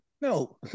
no